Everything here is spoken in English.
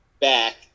back